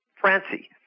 Francie